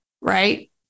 Right